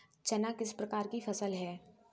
चना किस प्रकार की फसल है?